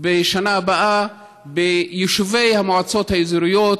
בשנה הבאה ביישובי המועצות האזוריות